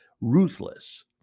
ruthless